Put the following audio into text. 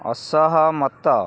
ଅସହମତ